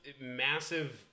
massive